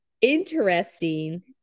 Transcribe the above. Interesting